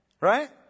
Right